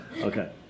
okay